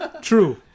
true